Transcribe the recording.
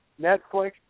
Netflix